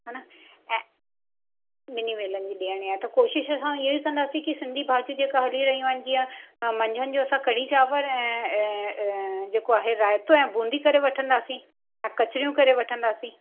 हा न ऐं ॿिनी वेलनि जी ॾियणी आहे त कोशिशि असां इहो ई कंदासीं की सिंधी भाॼी जेका हली रहियूं आहिनि जीअं मंझंदि जो असां कढ़ी चांवर ऐं ऐं ऐं जेको आहे रायतो ऐं बूंदी करे वठंदासीं ऐं कचरियूं करे वठंदासीं